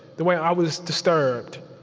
the way i was disturbed